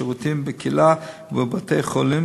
בשירותים בקהילה ובבתי-חולים,